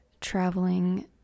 traveling